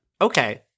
Okay